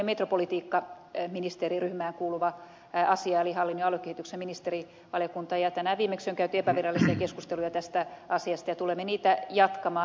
tämä on lähinnä tämmöinen metropolipolitiikkaministeriryhmään kuuluva asia eli hallinnon ja aluekehityksen ministerivaliokunnan asia tänään viimeksi on käyty epävirallisia keskusteluja tästä asiasta ja tulemme niitä jatkamaan